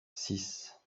six